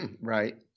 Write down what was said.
Right